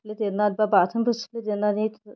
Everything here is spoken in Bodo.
सिफ्लेथेबनानै बा बाथोनफोर सिफ्लेदेरनानै